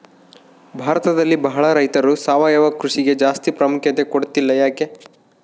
ಭಾರತದಲ್ಲಿ ಬಹಳ ರೈತರು ಸಾವಯವ ಕೃಷಿಗೆ ಜಾಸ್ತಿ ಪ್ರಾಮುಖ್ಯತೆ ಕೊಡ್ತಿಲ್ಲ ಯಾಕೆ?